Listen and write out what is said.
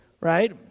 right